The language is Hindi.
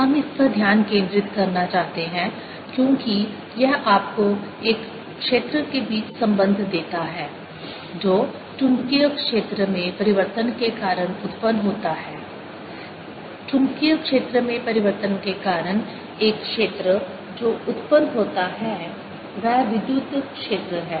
हम इस पर ध्यान केंद्रित करना चाहते हैं क्योंकि यह आपको एक क्षेत्र के बीच संबंध देता है जो चुंबकीय क्षेत्र में परिवर्तन के कारण उत्पन्न होता है चुंबकीय क्षेत्र में परिवर्तन के कारण एक क्षेत्र जो उत्पन्न होता है वह विद्युत क्षेत्र है